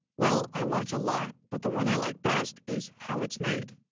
well i watch a lot, but the one i like best is how it's made,